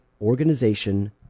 organization